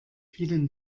vielen